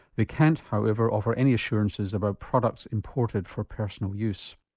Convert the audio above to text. they can't however, offer any assurances about products imported for personal use.